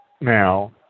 now